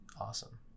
awesome